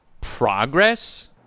Progress